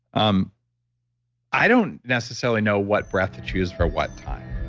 um i don't necessarily know what breath to choose for what time.